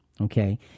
Okay